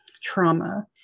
trauma